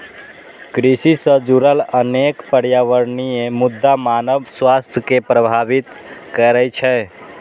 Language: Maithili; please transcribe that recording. कृषि सं जुड़ल अनेक पर्यावरणीय मुद्दा मानव स्वास्थ्य कें प्रभावित करै छै